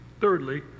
Thirdly